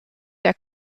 der